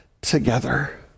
together